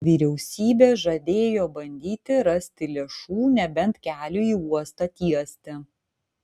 vyriausybė žadėjo bandyti rasti lėšų nebent keliui į uostą tiesti